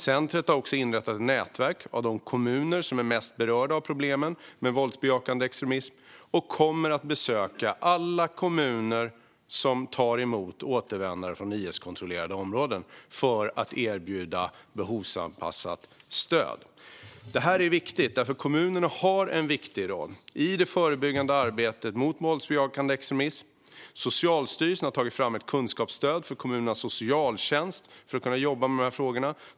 Centret har också inrättat ett nätverk av de kommuner som är mest berörda av problemen med våldsbejakande extremism. Man kommer att besöka alla kommuner som tar emot återvändare från IS-kontrollerade områden för att erbjuda behovsanpassat stöd. Detta är viktigt, eftersom kommunerna har en viktig roll i det förebyggande arbetet mot våldsbejakande extremism. Socialstyrelsen har tagit fram ett kunskapsstöd för kommunernas socialtjänst så att den kan jobba med dessa frågor.